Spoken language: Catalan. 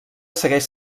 segueix